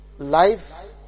life